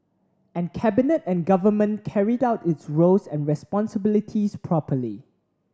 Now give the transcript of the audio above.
and Cabinet and Government carried out its roles and responsibilities properly